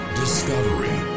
discovery